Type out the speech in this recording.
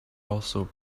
also